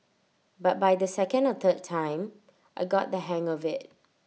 but by the second or third time I got the hang of IT